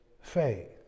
faith